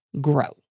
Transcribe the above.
grow